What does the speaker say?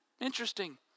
interesting